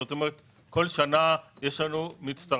זאת אומרת כל שנה יש לנו מצטרפים